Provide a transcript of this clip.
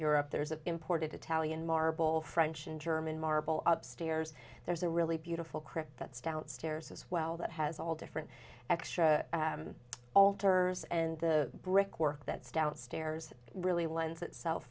europe there's a imported italian marble french and german marble up stairs there's a really beautiful crypt that's downstairs as well that has all different extra altars and the brick work that's downstairs really lends itself